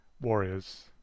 warriors